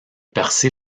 percée